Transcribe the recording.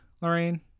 Lorraine